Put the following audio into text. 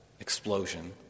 explosion